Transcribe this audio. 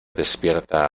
despierta